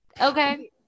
okay